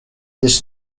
this